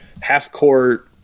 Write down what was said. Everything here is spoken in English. half-court